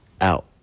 out